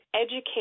educate